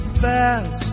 fast